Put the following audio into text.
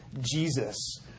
jesus